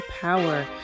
power